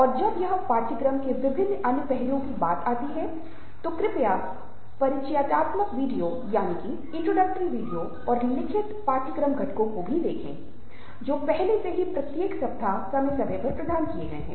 और जब यह पाठ्यक्रम के विभिन्न अन्य पहलुओं की बात आती है तो कृपया परिचयात्मक वीडियो और लिखित पाठ्यक्रम घटकों को भी देखें जो पहले से ही प्रत्येक सप्ताह समय समय पर प्रदान किए गए हैं